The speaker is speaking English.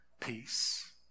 peace